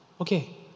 okay